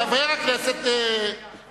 הבעיה, חבר הכנסת חסון,